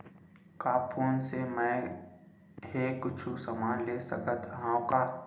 का फोन से मै हे कुछु समान ले सकत हाव का?